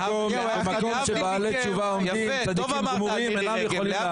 במקום שבעלי תשובה עומדים צדיקים גמורים אינם יכולים לעמוד.